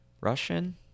Russian